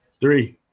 Three